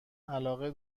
علاقه